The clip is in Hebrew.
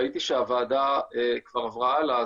ראיתי שהוועדה כבר עברה הלאה,